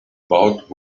about